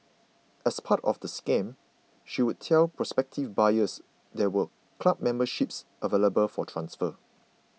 as part of the scam she would tell prospective buyers there were club memberships available for transfer